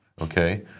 okay